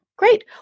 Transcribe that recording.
Great